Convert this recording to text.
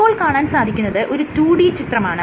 ഇപ്പോൾ കാണാൻ സാധിക്കുന്നത് ഒരു 2 D ചിത്രമാണ്